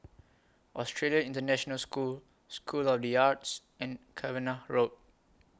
Australian International School School of The Arts and Cavenagh Road